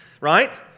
right